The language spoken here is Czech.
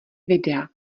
videa